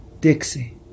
Dixie